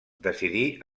decidir